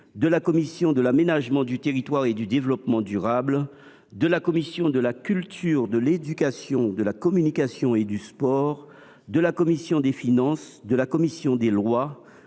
de la commission de l’aménagement du territoire et du développement durable, de la commission de la culture, de l’éducation, de la communication et du sport, de la commission des finances, de la commission des lois